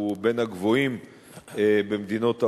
הוא בין הגבוהים במדינות העולם,